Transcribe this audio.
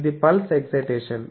ఇది pulse excitation